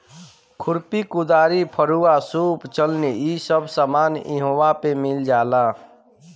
खुरपी, कुदारी, फरूहा, सूप चलनी इ सब सामान इहवा पे मिल जाला